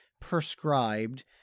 prescribed